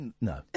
No